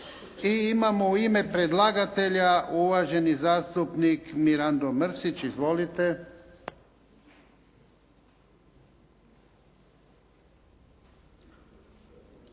I imamo u ime predlagatelja uvaženi zastupnik Mirando Mrsić. Izvolite.